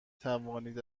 توانید